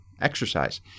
exercise